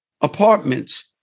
Apartments